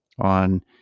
on